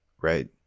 Right